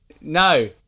No